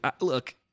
look